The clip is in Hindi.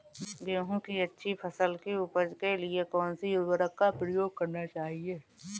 गेहूँ की अच्छी फसल की उपज के लिए कौनसी उर्वरक का प्रयोग करना चाहिए?